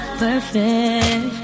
perfect